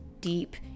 deep